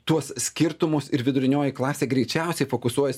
tuos skirtumus ir vidurinioji klasė greičiausiai fokusuojas